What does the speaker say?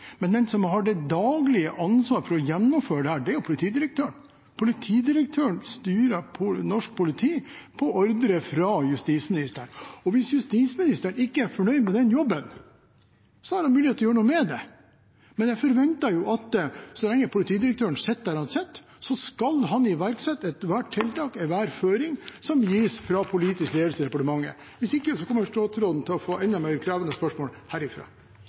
men den som har det daglige ansvaret for å gjennomføre dette, er politidirektøren. Politidirektøren styrer norsk politi etter ordre fra justisministeren. Hvis justisministeren ikke er fornøyd med den jobben, har han mulighet til å gjøre noe med det. Men jeg forventer at så lenge politidirektøren sitter der han sitter, skal han iverksette ethvert tiltak og enhver føring som gis fra politisk ledelse i departementet. Hvis ikke kommer statsråden til å få enda mer krevende spørsmål herfra.